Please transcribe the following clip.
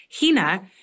Hina